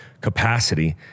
capacity